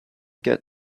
get